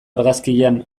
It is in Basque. argazkian